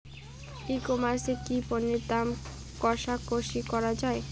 ই commerce এ কি পণ্যের দর কশাকশি করা য়ায়?